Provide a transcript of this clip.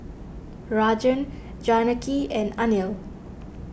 Rajan Janaki and Anil